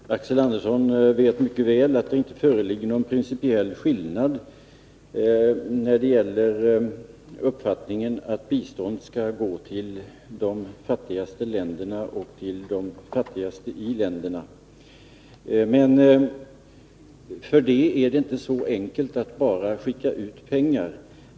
Fru talman! Axel Andersson vet mycket väl att det inte föreligger någon principiell skillnad när det gäller uppfattningen att biståndet skall gå till de fattigaste länderna och till de fattigaste i länderna. Men det är inte därför så enkelt att man bara kan skicka ut pengar.